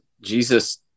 Jesus